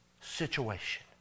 situation